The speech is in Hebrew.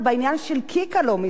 והקטסטרופה שהיתה.